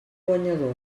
guanyador